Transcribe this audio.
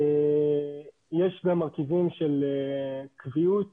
יש גם מרכיבים של קביעות